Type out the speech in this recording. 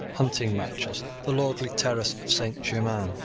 hunting matches, the lordly terrace of saint germains,